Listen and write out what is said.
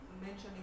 Mentioning